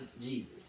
Jesus